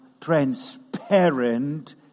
transparent